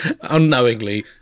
unknowingly